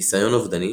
ניסיון אובדני,